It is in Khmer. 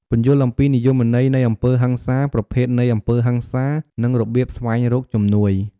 ពន្យល់អំពីនិយមន័យនៃអំពើហិង្សា ប្រភេទនៃអំពើហិង្សា និងរបៀបស្វែងរកជំនួយ។